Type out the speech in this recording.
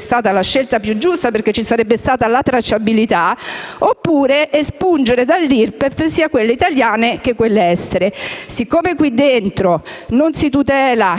stata la scelta più giusta, perché avrebbe permesso la tracciabilità), oppure espungere dall'IRPEF sia le vincite italiane sia quelle estere. Poiché con questo provvedimento non si tutela